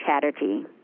Chatterjee